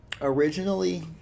originally